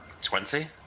Twenty